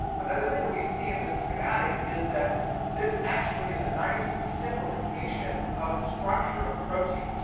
another thing that we see in this schematic is that this actually is a nice simplification of the structure of a protein.